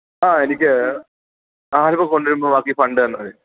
ആഹ് എനിക്ക് ആൽബം കൊണ്ടുവരുമ്പം ബാക്കി ഫണ്ട് തന്നാൽ മതി